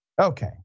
Okay